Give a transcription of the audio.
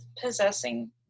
possessing